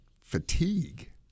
fatigue